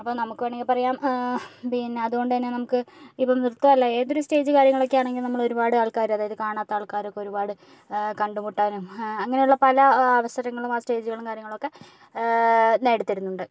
ഇപ്പം നമുക്ക് വേണമെങ്കിൽ പറയാം പിന്നെ അതുകൊണ്ട് തന്നെ നമുക്ക് ഇപ്പം നൃത്ത അല്ല ഏതൊരു സ്റ്റെയ്ജ് കാര്യങ്ങളൊക്കെ ആണെങ്കിൽ നമ്മള് ഒരുപാട് ആൾക്കാര് അതായത് കാണാത്ത ആൾക്കാരൊക്കെ ഒരുപാട് കണ്ടുമുട്ടാനും അങ്ങേയുള്ള പല അവസരങ്ങളും സ്റ്റെയ്ജുകളും കാര്യങ്ങളൊക്കെ നേടിത്തരുന്നുണ്ട്